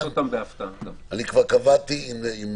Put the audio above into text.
כבר קבעתי עם